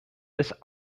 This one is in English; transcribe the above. this